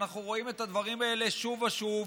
ואנחנו רואים את הדברים האלה שוב ושוב.